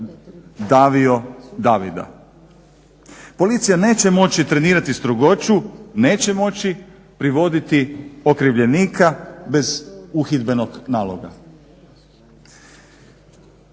davio Davida. Policija neće moći trenirati strogoću, neće moći privoditi okrivljenika bez uhidbenog naloga.